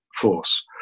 force